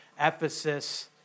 Ephesus